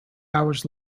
hours